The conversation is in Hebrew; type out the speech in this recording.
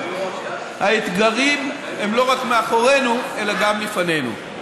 האתגרים הם לא רק מאחורינו אלא גם מלפנינו.